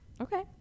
Okay